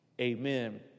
Amen